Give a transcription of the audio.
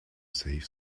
save